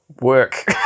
work